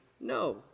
no